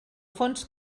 fons